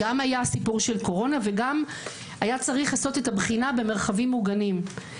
גם היה הסיפור של קורונה וגם היה צריך לעשות את הבחינה במרחבים מוגנים.